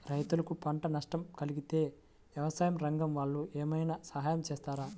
రైతులకు పంట నష్టం కలిగితే వ్యవసాయ రంగం వాళ్ళు ఏమైనా సహాయం చేస్తారా?